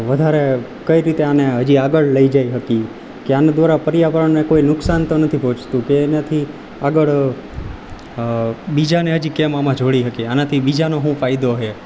વધારે કઈ રીતે આને હજી આગળ લઈ શકી કે આનું દ્વારા પર્યાવરણને કોઈ નુકસાન તો નથી પહોંચતું કે એનાથી આગળ બીજાને હજી કેમ આમાં જોડી શકીએ આનાથી બીજાનો શું ફાયદો છે